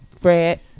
Fred